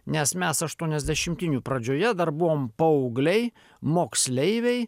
nes mes aštuoniasdešimtinių pradžioje dar buvom paaugliai moksleiviai